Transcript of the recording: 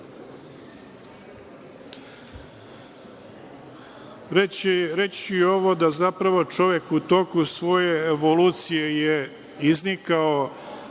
ću i ovo, da, zapravo, čovek u toku svoje evolucije je iznikao